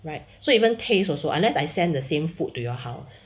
right so even taste also unless I send the same food to your house